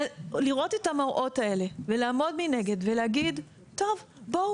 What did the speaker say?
לראות את המראות האלה ולעמוד מנגד ולהגיד: טוב,